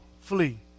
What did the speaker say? flee